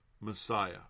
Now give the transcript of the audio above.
Messiah